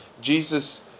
Jesus